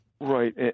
Right